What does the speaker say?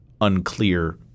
unclear